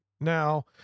Now